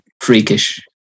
freakish